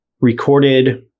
recorded